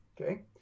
Okay